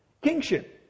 Kingship